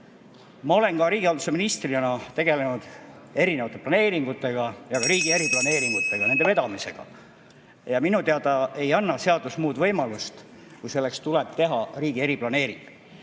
olen riigihalduse ministrina tegelenud erinevate planeeringutega, ka riigi eriplaneeringutega (Juhataja helistab kella.), nende vedamisega. Ja minu teada ei anna seadus muud võimalust, kui selleks tuleb teha riigi eriplaneering.